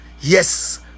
yes